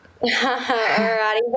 Alrighty